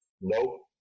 Nope